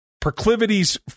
proclivities